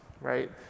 right